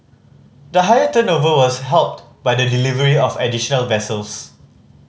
the higher turnover was helped by the delivery of additional vessels